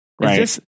right